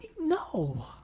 No